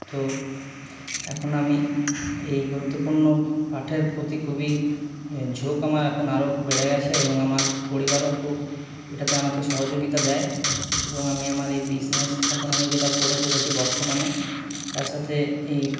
তো এখন আমি এই গুরুত্বপূর্ণ পাঠের প্রতি খুবই ঝোঁক আমার এখন আরও বেড়ে গেছে এবং আমার পরিবারও খুব এটাতে আমাকে সহযোগিতা দেয় এবং আমি আমার এই বিজনেস এখন আমি যেটা করে চলেছি বর্তমানে তার সাথে এই